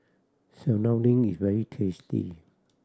serunding is very tasty